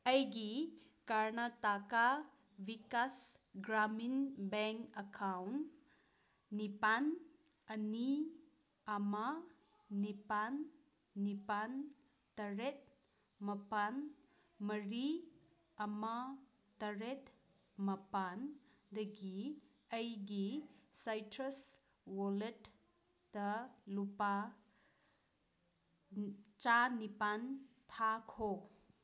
ꯑꯩꯒꯤ Karnataka Vikas Grameen bank account ꯅꯤꯄꯥꯜ ꯑꯅꯤ ꯑꯃ ꯅꯤꯄꯥꯜ ꯅꯤꯄꯥꯜ ꯇꯔꯦꯠ ꯃꯥꯄꯜ ꯃꯔꯤ ꯑꯃ ꯇꯔꯦꯠ ꯃꯥꯄꯜꯗꯒꯤ ꯑꯩꯒꯤ ꯁꯥꯏꯇ꯭ꯔꯁ ꯋꯂꯦꯠꯇ ꯂꯨꯄꯥ ꯆꯅꯤꯄꯥꯜ ꯊꯥꯈꯣ